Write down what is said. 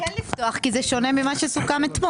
זה כן לפתוח, כי זה שונה ממה שסוכם אתמול.